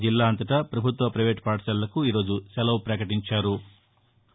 జిల్లా అంతటా ప్రభుత్వ పైవేటు పాఠశాలలకు ఈ రోజు సెలవు ప్రకటించారు